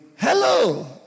hello